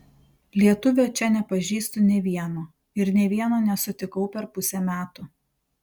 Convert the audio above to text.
lietuvio čia nepažįstu nė vieno ir nė vieno nesutikau per pusę metų